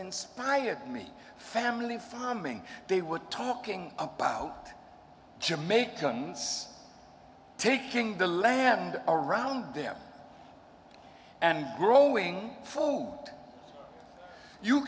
inspired me family farming they were talking about jamaicans taking the land around them and growing food you